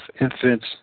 infants